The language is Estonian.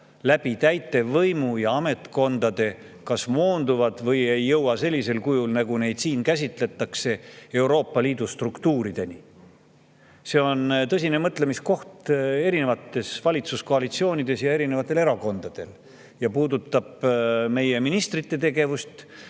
täitevvõimu ja ametkondade kaudu kas moonduvad või ei jõua sellisel kujul, nagu neid siin käsitletakse, Euroopa Liidu struktuurideni. See on tõsine mõtlemiskoht erinevatele valitsuskoalitsioonidele ja erinevatele erakondadele, ja puudutab meie ministrite tegevust,